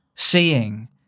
Seeing